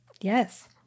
Yes